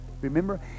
Remember